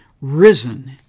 risen